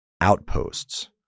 outposts